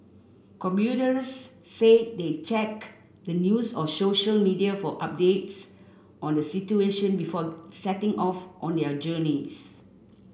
commuters said they checked the news or social media for updates on the situation before setting off on their journeys